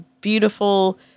beautiful